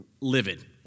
livid